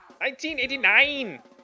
1989